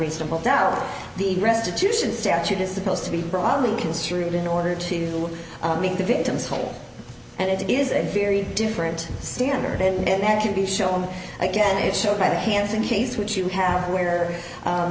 reasonable doubt the restitution statute is supposed to be broadly construed in order to make the victims whole and it is a very different standard and that can be shown again it showed by the hanssen case which you have where